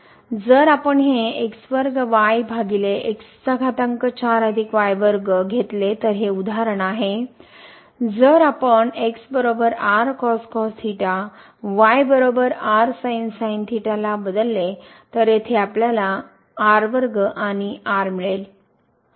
जर आपण हे घेतले तर हे उदाहरण आहे जर आपणला बदलले तर येथे आपल्याला येथून आणि मिळेल